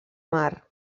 mar